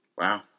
Wow